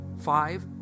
Five